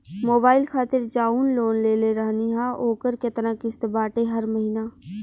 Mobile खातिर जाऊन loan लेले रहनी ह ओकर केतना किश्त बाटे हर महिना?